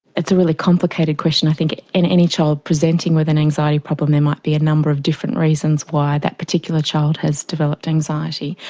it's a really complicated question i think. any child presenting with an anxiety problem, there might be a number of different reasons why that particular child has developed anxiety.